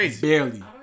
barely